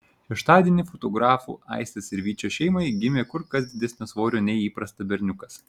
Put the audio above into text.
šeštadienį fotografų aistės ir vyčio šeimai gimė kur kas didesnio svorio nei įprasta berniukas